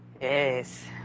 Yes